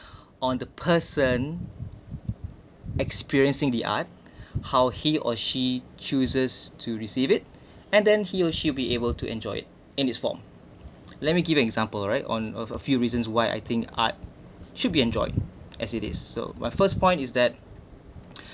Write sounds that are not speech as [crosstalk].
[breath] on the person experiencing the art [breath] how he or she chooses to receive it and then he or she will be able to enjoy it in its form [noise] let me give an example right on of a few reasons why I think art should be enjoyed as it is so my first point is that [breath]